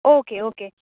okay okay